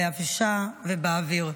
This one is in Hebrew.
ביבשה ובאוויר.